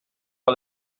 les